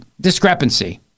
discrepancy